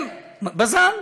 בז"ן.